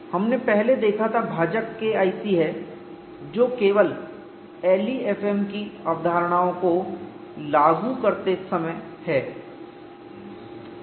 हमने पहले देखा था भाजक K IC है जो केवल LEFM की अवधारणाओं को लागू करते समय है